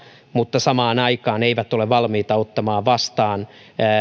mutta samaan aikaan he eivät ole valmiita ottamaan vastaan